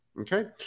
okay